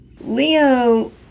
Leo